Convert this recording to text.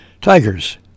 Tigers